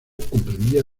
comprendía